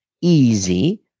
easy